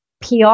PR